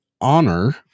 honor